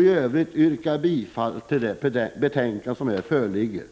I övrigt yrkar jag bifall till hemställan i det betänkande som här föreligger